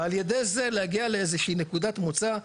ועל ידי זה להגיע לאיזושהי נקודת מוצא,